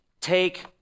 take